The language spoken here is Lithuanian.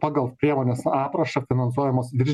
pagal priemones aprašą finansuojamos virš